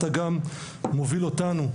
אתה גם מוביל אותנו,